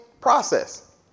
process